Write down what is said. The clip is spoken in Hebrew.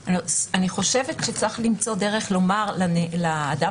אני חושבת שצריך למצוא דרך לומר לאדם